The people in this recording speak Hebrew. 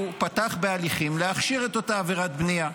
הוא פתח בהליכים להכשיר את אותה עבירת בנייה.